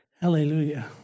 Hallelujah